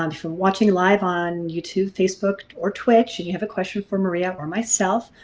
um if you're watching live on youtube facebook or twitter and you have a question for maria or myself,